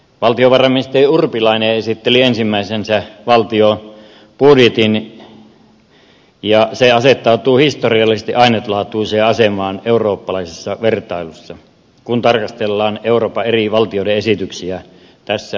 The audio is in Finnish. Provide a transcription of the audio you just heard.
valtiovarainministeri urpilainen esitteli valtion budjetin ensimmäisensä ja se asettautuu historiallisesti ainutlaatuiseen asemaan eurooppalaisessa vertailussa kun tarkastellaan euroopan eri valtioiden esityksiä tässä kriisiytyvässä tilanteessa